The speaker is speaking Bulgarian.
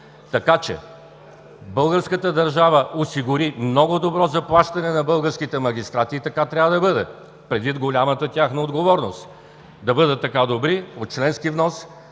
това?!) Българската държава осигури много добро заплащане на българските магистрати и така трябва да бъде, предвид голямата тяхна отговорност. Да бъдат така добри от членски внос